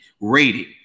rating